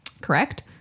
correct